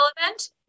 event